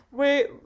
wait